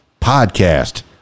podcast